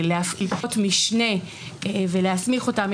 להפעיל ועדות משנה ולהסמיך אותן.